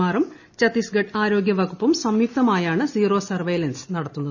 ആറും ഛത്തീസ്ഗഡ് ആരോഗ്യവകുപ്പും സംയുക്തമായാണ് സീറോ സർവെയലൻസ് നടത്തുന്നത്